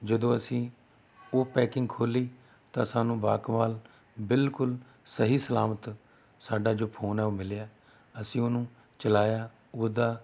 ਜਦੋਂ ਅਸੀਂ ਉਹ ਪੈਕਿੰਗ ਖੋਲ੍ਹੀ ਤਾਂ ਸਾਨੂੰ ਬਾਕਮਾਲ ਬਿਲਕੁਲ ਸਹੀ ਸਲਾਮਤ ਸਾਡਾ ਜੋ ਫੋਨ ਹੈ ਉਹ ਮਿਲਿਆ ਅਸੀਂ ਉਹਨੂੰ ਚਲਾਇਆ ਉਹਦਾ